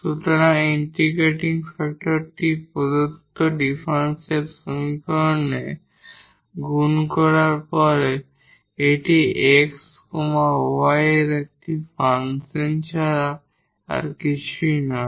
সুতরাং ইন্টিগ্রেটিং ফ্যাক্টরটি প্রদত্ত ডিফারেনশিয়াল সমীকরণে গুণ করার পরে এটি x y এর একটি ফাংশন ছাড়া আর কিছুই নয়